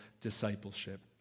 discipleship